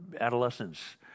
adolescence